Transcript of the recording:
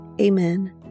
Amen